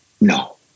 No